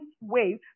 wave